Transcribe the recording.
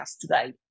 today